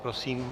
Prosím.